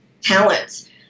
talents